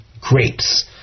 grapes